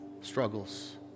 struggles